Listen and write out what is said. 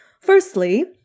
Firstly